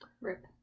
RIP